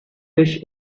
fish